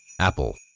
Apple